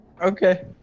Okay